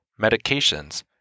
medications